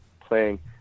playing